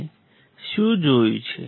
આપણે શું જોયું છે